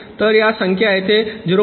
तर या संख्या येथे 0